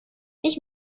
ich